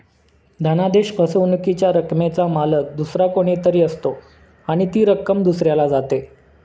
धनादेश फसवणुकीच्या रकमेचा मालक दुसरा कोणी तरी असतो आणि ती रक्कम दुसऱ्याला जाते